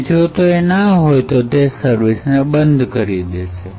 અને જો એ ન હોય તો એ સર્વિસ બંધ કરી દેશે